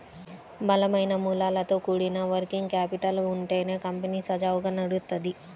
బలమైన మూలాలతో కూడిన వర్కింగ్ క్యాపిటల్ ఉంటేనే కంపెనీ సజావుగా నడుత్తది